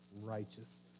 Righteous